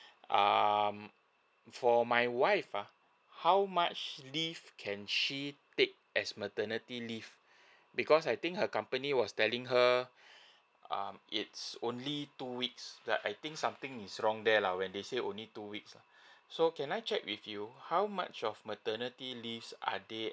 um for my wife uh how much leave can she take as maternity leave because I think her company was telling her um it's only two weeks but I think something is wrong there lah when they say only two weeks uh so can I check with you how much of maternity leave are they